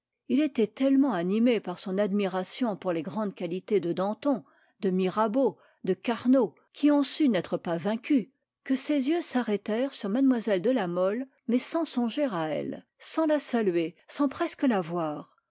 il était tellement animé par son admiration pour les grandes qualités de danton de mirabeau de carnot qui ont su n'être pas vaincus que ses yeux s'arrêtèrent sur mlle de la mole mais sans songer à elle sans la saluer sans presque la voir